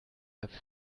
have